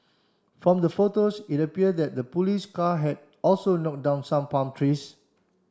from the photos it appeared that the police car had also knock down some palm trees